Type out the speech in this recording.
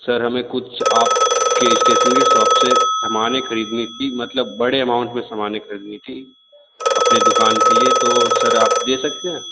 sir हमें कुछ आप के स्टेशनेरी शॉप से समानें खरीदनी थीं मतलब बड़े अमाउंट में समाने खरीदनी थीं अपने दुकान के लिए तो सर आप दे सकते हैं